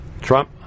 Trump